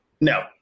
No